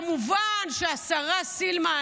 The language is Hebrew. כמובן שהשרה סילמן,